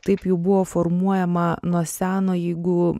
taip ji buvo formuojama nuo seno jeigu